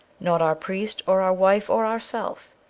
not our priest or our wife or ourself.